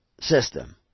system